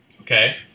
Okay